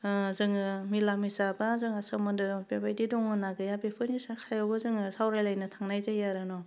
जोङो मिला मिसा बा जोङो सोमोन्दो दं बेबायदि दङना गैया बेफोरनि साखायावबो जोङो सावरायलायनो थांनाय जायो आरो न'